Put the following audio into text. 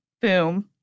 Boom